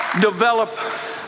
develop